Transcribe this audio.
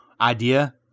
idea